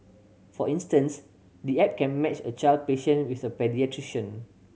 for instance the app can match a child patient with a paediatrician